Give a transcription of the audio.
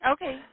Okay